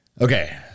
Okay